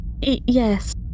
Yes